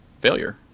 failure